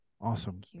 Awesome